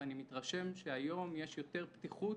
ואני מתרשם שהיום יש יותר פתיחות.